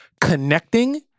connecting